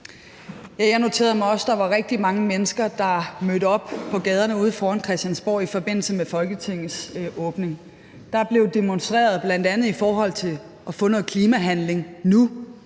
Jeg noterede mig også, at der var rigtig mange mennesker, der mødte op på gaderne ude foran Christiansborg i forbindelse med Folketingets åbning. Der blev demonstreret, bl.a. i forhold til at få sat gang i noget klimahandling nu